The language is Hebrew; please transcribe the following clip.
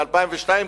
ב-2002,